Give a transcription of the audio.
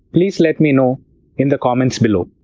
please let me know in the comments below.